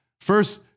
First